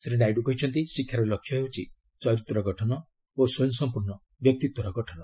ଶ୍ରୀ ନାଇଡୁ କହିଛନ୍ତି ଶିକ୍ଷାର ଲକ୍ଷ୍ୟ ହେଉଛି ଚରିତ୍ର ଗଠନ ଓ ସ୍ୱୟଂସମ୍ପର୍ଣ୍ଣ ବ୍ୟକ୍ତିତ୍ୱର ଗଠନ